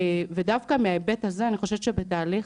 דווקא מההיבט הזה, אני חושבת שבתהליך